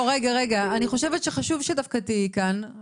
אני חושבת שחשוב שדווקא תהיי כאן.